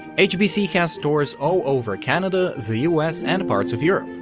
hbc has stores all over canada, the us, and parts of europe,